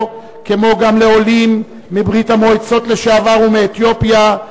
כמו גם לעולים מברית-המועצות לשעבר ומאתיופיה,